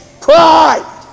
pride